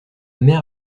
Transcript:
mère